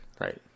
right